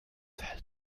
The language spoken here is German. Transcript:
hält